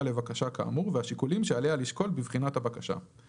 לבקשה כאמור והשיקולים שעליה לשקול בבחינת הבקשה.";